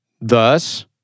Thus